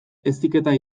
heziketa